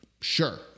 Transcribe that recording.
Sure